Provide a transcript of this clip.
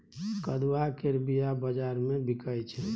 कदुआ केर बीया बजार मे बिकाइ छै